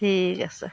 থিক আছে